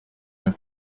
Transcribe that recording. neuf